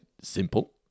simple